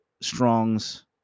Strong's